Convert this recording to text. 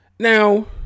Now